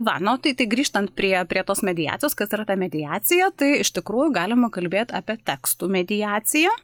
va no tai tai grįžtant prie prie tos mediacijos kas yra ta mediacija tai iš tikrųjų galima kalbėt apie tekstų mediaciją